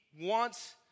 wants